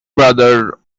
brother